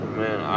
man